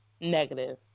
negative